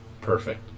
Perfect